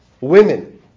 women